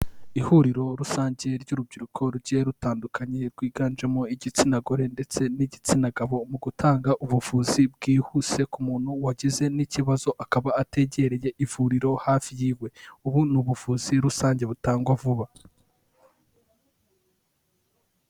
Ihuriro rusange ry'urubyiruko rugiye rutandukanye rwiganjemo igitsina gore ndetse n'igitsina gabo, mu gutanga ubuvuzi bwihuse ku muntu wagize n'ikibazo akaba ategereye ivuriro hafi yiwe, ubu ni ubuvuzi rusange butangwa vuba.